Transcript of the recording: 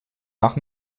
nach